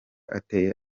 ateye